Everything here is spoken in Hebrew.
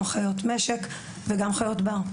גם חיות משק וגם חיות בר.